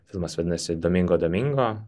filmas vadinasi domingo domingo